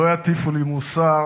לא יטיפו לי מוסר